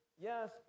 yes